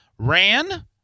ran